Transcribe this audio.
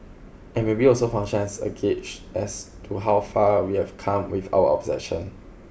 and maybe also function as a gauge as to how far we have come with our obsession